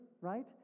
right